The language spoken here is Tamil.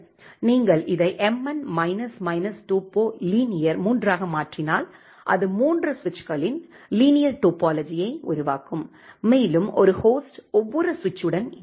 நீங்கள் இதை mn minus minus topo linear 3 ஆக மாற்றினால் அது மூன்று சுவிட்சுகளின் லீனியர் டோபோலஜியை உருவாக்கும் மேலும் ஒரு ஹோஸ்ட் ஒவ்வொரு சுவிட்சுடனும் இணைக்கும்